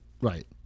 right